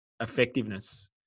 effectiveness